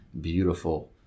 beautiful